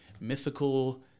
mythical